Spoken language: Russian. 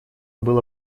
было